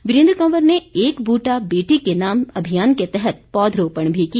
वीरेन्द्र कंवर ने एक ब्रूटा बेटी के नाम अभियान के तहत पौधरोपण भी किया